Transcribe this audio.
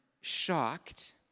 shocked